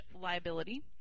liability